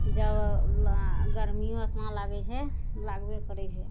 जब गर्मियो एतना लागय छै लागबे करय छै